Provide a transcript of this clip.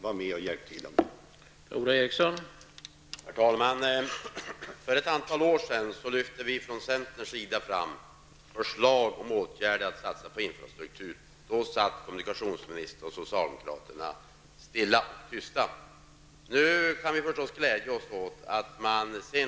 Var med och hjälp till med detta!